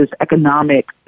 economic